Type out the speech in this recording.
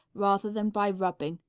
rather than by rubbing.